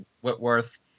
Whitworth